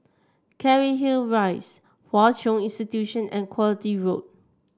Cairnhill Rise Hwa Chong Institution and Quality Road